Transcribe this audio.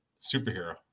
superhero